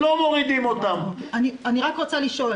לא הבנתי.